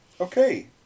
okay